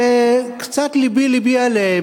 שקצת, לבי לבי עליהם.